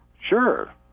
Sure